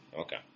okay